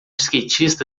skatista